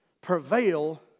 prevail